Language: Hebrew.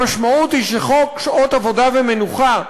המשמעות היא שחוק שעות עבודה ומנוחה,